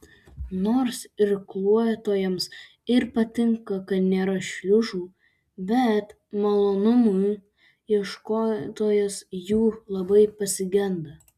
nors irkluotojams ir patinka kad nėra šliuzų bet malonumų ieškotojas jų labai pasigenda